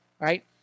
Right